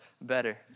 better